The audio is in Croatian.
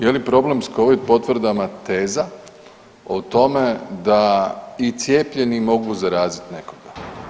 Je li problem s Covid potvrdama teza o tome da i cijepljeni mogu zaraziti nekog?